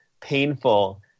painful